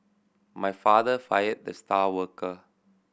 my father fired the star worker